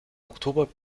oktober